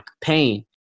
Pain